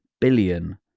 billion